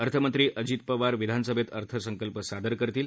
अर्थमंत्री अजित पवार विधानसभेत अर्थसंकल्प सादर करतील